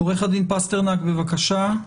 עורך הדין פסטרנק בבקשה,